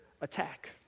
attack